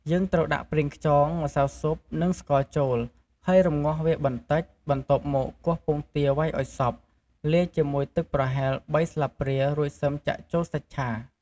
យើងត្រូវដាក់ប្រេងខ្យង ម្សៅស៊ុប និងស្ករចូល ហើយរម្ងាស់វាបន្តិច បន្ទាប់មកគោះពងទាវ៉ៃឱ្យសព្វ លាយជាមួយទឹកប្រហែល ៣ ស្លាព្រា រួចសិមចាក់ចូលសាច់ឆា។